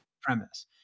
premise